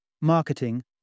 marketing